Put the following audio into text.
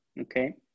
Okay